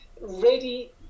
ready